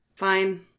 fine